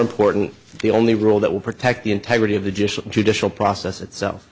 important the only rule that will protect the integrity of the jewish judicial process itself